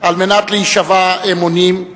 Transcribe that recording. על מנת להישבע אמונים.